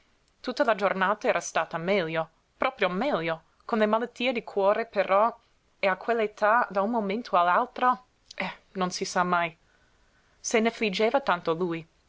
tutta la giornata era stata meglio proprio meglio con le malattie di cuore però e a quell'età da un momento all'altro eh non si sa mai se n'affliggeva tanto lui